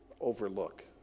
overlook